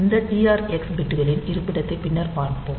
இந்த TR X பிட்களின் இருப்பிடத்தைப் பின்னர் பார்ப்போம்